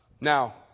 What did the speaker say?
Now